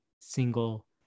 single